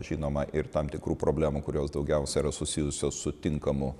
žinoma ir tam tikrų problemų kurios daugiausia yra susijusios su tinkamu